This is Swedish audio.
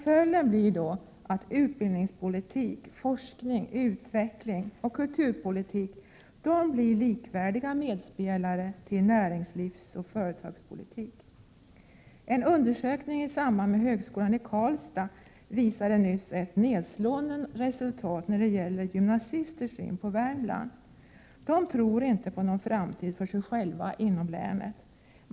Följden blir då att utbildningspolitik, forskning, utveckling och kulturpolitik blir likvärdiga medspelare till näringslivsoch företagspolitik. En undersökning i samarbete med högskolan i Karlstad visade nyss ett nedslående resultat, när det gäller gymnasisters syn på Värmland. De tror inte på någon framtid för sig själva inom länet.